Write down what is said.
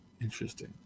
Interesting